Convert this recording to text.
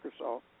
Microsoft